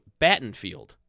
Battenfield